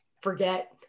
forget